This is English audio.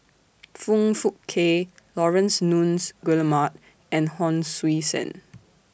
Foong Fook Kay Laurence Nunns Guillemard and Hon Sui Sen